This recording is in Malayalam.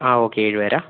ആ ഓക്കെ ഏഴ് പേരാണോ